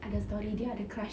ada story dia ada crush